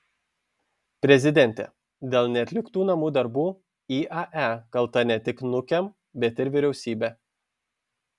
prezidentė dėl neatliktų namų darbų iae kalta ne tik nukem bet ir vyriausybė